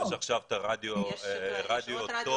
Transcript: יש את רדיו אווטו.